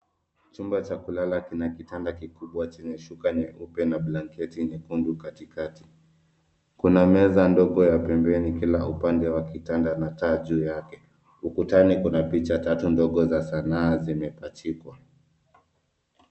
Chumba cha kulala kina kitanda kikubwa chenye shuka nyeupe na blanketi nyekundu katikati. Kuna meza ndogo ya pembeni kila upande wa kitanda na taa juu yake. Ukutani kuna picha tatu ndogo za sanaa zimepachikwa.